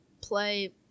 play